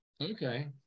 okay